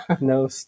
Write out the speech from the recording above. No